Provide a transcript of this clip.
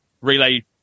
relay